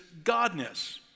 godness